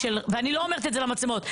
ואני לא אומרת את זה למצלמות.